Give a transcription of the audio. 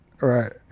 right